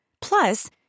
Plus